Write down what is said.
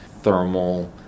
thermal